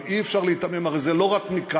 אבל אי-אפשר להיתמם, הרי זה לא רק מכאן.